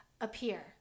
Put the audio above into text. appear